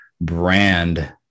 brand